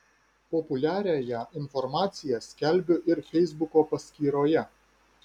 populiariąją informaciją skelbiu ir feisbuko paskyroje